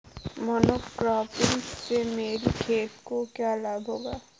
Monocropping से मेरी खेत को क्या लाभ होगा?